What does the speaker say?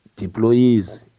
employees